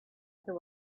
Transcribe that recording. other